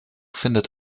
findet